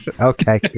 Okay